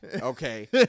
okay